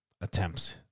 attempts